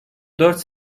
dört